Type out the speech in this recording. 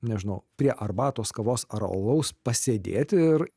nežinau prie arbatos kavos ar alaus pasėdėti ir